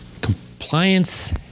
compliance